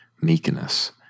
meekness